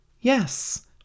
Yes